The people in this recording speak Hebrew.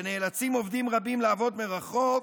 כשנאלצים עובדים רבים לעבוד מרחוק,